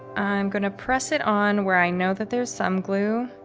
i'm going to press it on where i know that there's some glue.